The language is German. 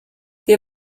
wir